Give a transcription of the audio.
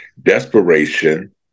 desperation